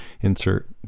insert